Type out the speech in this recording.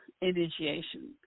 initiation